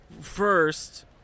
first